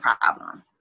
problem